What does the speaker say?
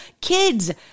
kids